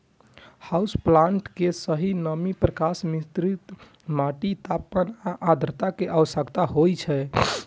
house plant कें सही नमी, प्रकाश, मिश्रित माटि, तापमान आ आद्रता के आवश्यकता होइ छै